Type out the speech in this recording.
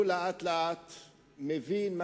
הוא לאט-לאט מבין,